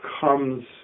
comes